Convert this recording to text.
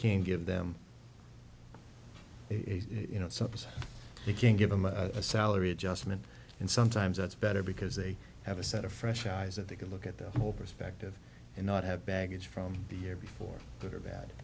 can give them you know something you can give them a salary adjustment and sometimes that's better because they have a set of fresh eyes that they can look at their whole perspective and not have baggage from the year before they are bad